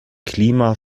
klima